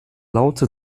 laute